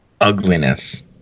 ugliness